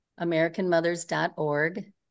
AmericanMothers.org